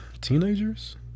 teenagers